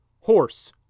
Horse